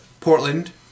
Portland